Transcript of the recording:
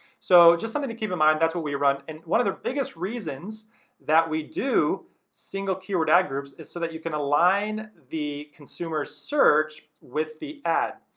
so, just something to keep in mind that's what we run. and one of the biggest reasons that we do single keyword ad groups is so that you can align the consumer search with the ad.